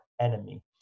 enemy